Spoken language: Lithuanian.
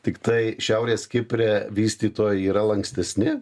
tiktai šiaurės kipre vystytojai yra lankstesni